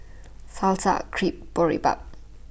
Salsa Crepe Boribap